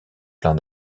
plein